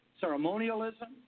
ceremonialism